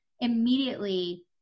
immediately